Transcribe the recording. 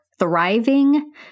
thriving